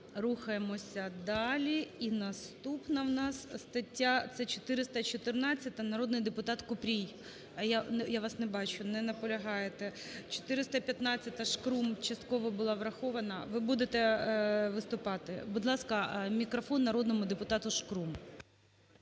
Рухаємося далі і наступна у нас стаття це 414, народний депутат Купрій. Я вас не бачу. Не наполягаєте. 415-а, Шкрум. Частково була врахована. Ви будете виступати? Будь ласка, мікрофон народному депутату Шкрум.